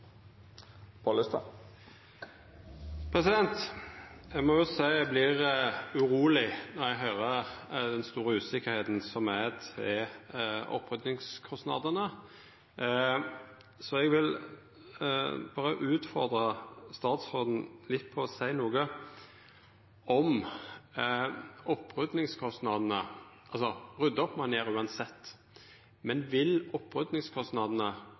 Eg må seia eg vert uroleg når eg høyrer om den store usikkerheita som er ved oppryddingskostnadene. Eg vil utfordra statsråden til å seia noko om oppryddingskostnadene. Rydda opp må ein gjera uansett, men vil oppryddingskostnadene verta annleis om ein